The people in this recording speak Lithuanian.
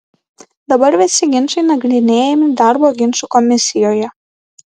dabar visi ginčai nagrinėjami darbo ginčų komisijoje